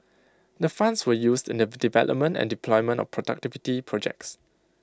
the funds were used in the development and deployment of productivity projects